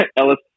Ellis